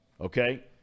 okay